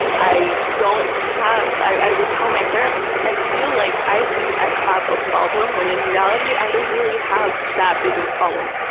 i don't have i would tell my therapist, i feel like i think i have a problem, when in reality, i don't have that big of a problem.